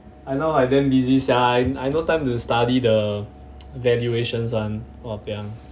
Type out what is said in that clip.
I now I damn busy sia I I no time to study the valuations one !wahpiang!